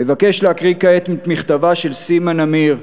אבקש להקריא כעת את מכתבה של סימה נמיר,